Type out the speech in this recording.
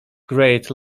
great